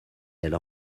elle